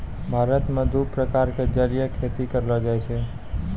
भारत मॅ दू प्रकार के जलीय खेती करलो जाय छै